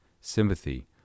sympathy